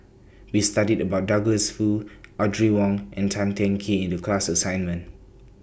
We studied about Douglas Foo Audrey Wong and Tan Teng Kee in The class assignment